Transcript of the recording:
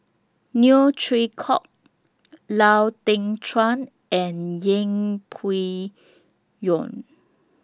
Neo Chwee Kok Lau Teng Chuan and Yeng Pway Ngon